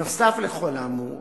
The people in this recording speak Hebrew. נוסף על כל האמור,